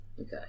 okay